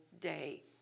day